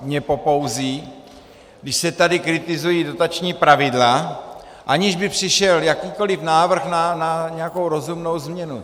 Mě popouzí, když se tady kritizují dotační pravidla, aniž by přišel jakýkoliv návrh na nějakou rozumnou změnu.